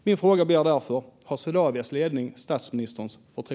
Min fråga blir därför: Har Swedavias ledning statsministerns förtroende?